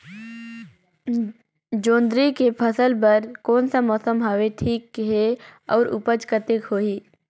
जोंदरी के फसल बर कोन सा मौसम हवे ठीक हे अउर ऊपज कतेक होही?